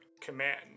command